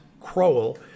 Crowell